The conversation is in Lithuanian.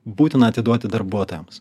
būtina atiduoti darbuotojams